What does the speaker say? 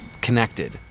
connected